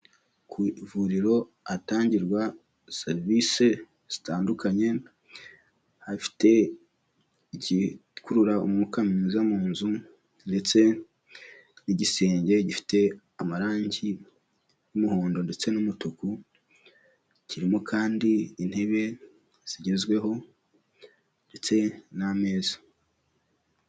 Ku ivuriro hatangirwa serivise zitandukanye hafite igikurura umwuka mwiza mu nzu ndetse n'igisenge gifite amarange y'umuhondo ndetse n'umutuku, kirimo kandi intebe zigezweho ndetse n'ameza.